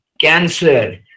cancer